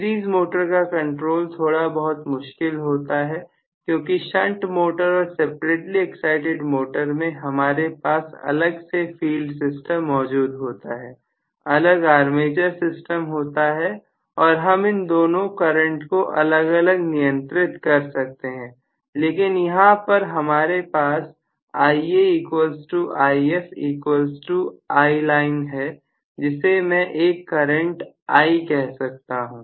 series motor का control थोड़ा बहुत मुश्किल होता है क्योंकि शंट मोटर और सेपरेटली एक्साइटिड मोटर में हमारे पास अलग से फील्ड सिस्टम मौजूद होता है अलग आर्मेचर सिस्टम होता है और हम इन दोनों करंट को अलग अलग नियंत्रित कर सकते हैं लेकिन यहां पर हमारे पास Ia If ILine है जिसे मैं एक करंट I कह सकता हूं